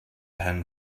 pan